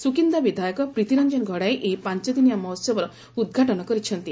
ସୁକିନ୍ଦା ବିଧାୟକ ପ୍ରିତୀରଂକନ ଘଡାଇ ଏହି ପାଞ୍ ଦିନିଆ ମହୋହବର ଉଦଘାଟନ କରିଛନ୍ତି